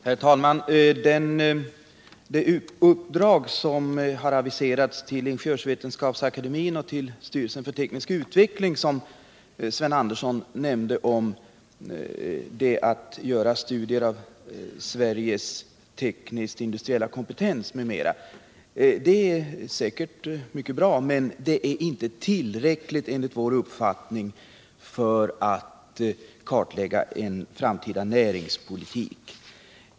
Herr talman! Det uppdrag Sven Andersson i Örebro nämnde, som angetts att utföras av Ingenjörsvetenskapsakademien och styrelsen för teknisk utveckling, är att göra studier av Sveriges tekniskt industriella kompetens m.m. Det är säkert mycket bra, men det är enligt vår uppfattning inte tillräckligt för att kartlägga en framtida näringspolitik.